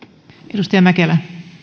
arvoisa puhemies olen itse